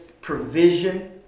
provision